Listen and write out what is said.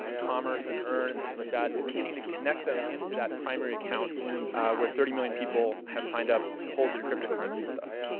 ah commerce and earn and things like that, and beginning to connect them into that primary account where thirty million people have signed up to hold their cryptocurrency with us.